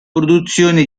produzione